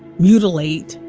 mutilate,